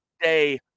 day